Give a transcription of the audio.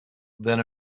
than